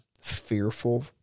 fearful